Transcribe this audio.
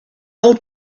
old